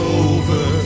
over